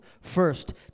First